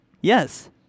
Yes